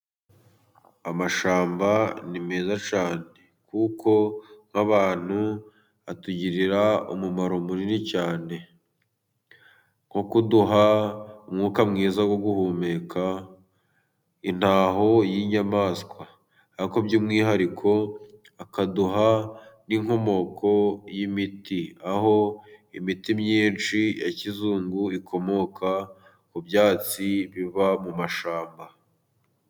Amashyamba ni meza cyane, kuko nk'abantu atugirira umumaro munini cyane, nko kuduha umwuka mwiza wo guhumeka, intaho y'inyamaswa . Ariko by'umwihariko akaduha n'inkomoko y'imiti , aho imiti myinshi ya kizungu ikomoka ku byatsi biva mu mumashyamba.